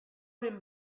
ben